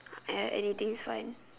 ya anything is fine